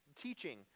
teaching